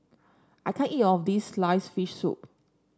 I can't eat of this sliced fish soup